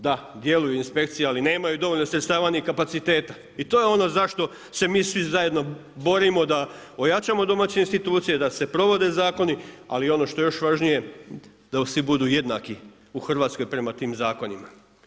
Da, djeluju inspekcije ali nemaju dovoljno sredstava ni kapaciteta i to je ono zašto se mi svi zajedno borimo da ojačamo domaće institucije, da se provode zakoni, ali ono što je još važnije, da svi budu jednaki u Hrvatskoj prema tim zakonima.